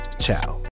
ciao